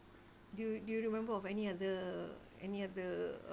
do you do you remember of any other any other uh